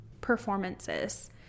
performances